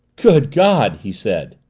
good god! he said.